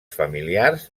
familiars